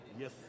Yes